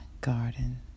garden